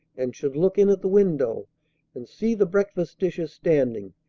and should look in at the window and see the breakfast dishes standing!